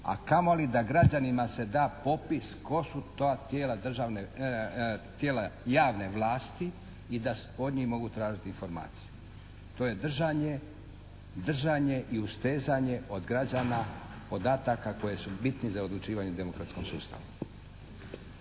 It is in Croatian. a kamoli da građanima se da popis tko su ta tijela javne vlasti i da od njih mogu tražiti informaciju. To je držanje i ustezanje od građana podataka koji su bitni za odlučivanje u demokratskom sustavu.